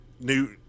new